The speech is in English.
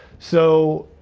so,